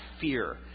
fear